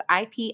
IP